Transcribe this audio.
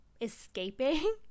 escaping